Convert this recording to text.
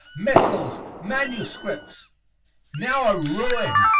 missals, manuscripts now a ruin.